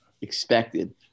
expected